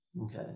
Okay